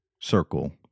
circle